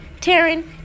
Taryn